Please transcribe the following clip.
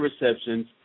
receptions